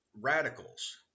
radicals